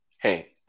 Hey